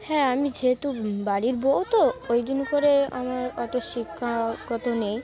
হ্যাঁ আমি যেহেতু বাড়ির বউ তো ওই দ করে আমার অত শিক্ষা কত নেই